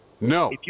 No